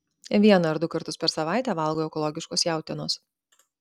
vieną ar du kartus per savaitę valgau ekologiškos jautienos